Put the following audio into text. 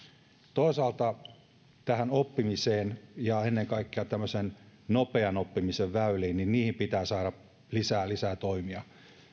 toisaalta tähän oppimiseen ja ennen kaikkea tämmöisen nopean oppisen väyliin pitää saada lisää lisää toimia